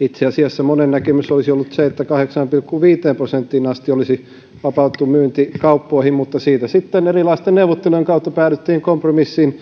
itse asiassa monen näkemys olisi ollut se että kahdeksaan pilkku viiteen prosenttiin asti olisi vapautettu myynti kauppoihin mutta siitä sitten erilaisten neuvottelujen kautta päädyttiin kompromissiin